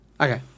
Okay